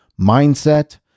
mindset